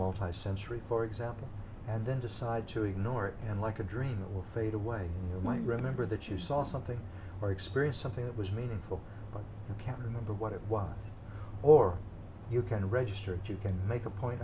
multisensory for example and then decide to ignore it and like a dream it will fade away you might remember that you saw something or experienced something that was meaningful but you can't remember what it was or you can register it you can make a point